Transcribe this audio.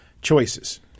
choices